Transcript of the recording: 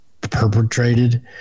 perpetrated